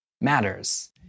matters